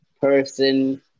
person